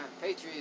Patriots